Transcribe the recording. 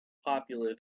popular